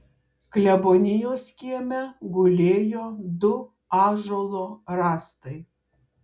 klebonijos kieme gulėjo du ąžuolo rąstai